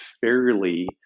fairly